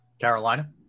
Carolina